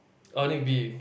beef